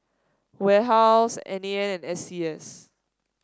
warehouse N A N and S C S